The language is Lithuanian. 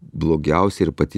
blogiausia ir pati